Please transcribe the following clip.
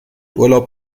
urlaub